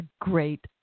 great